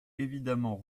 évidemment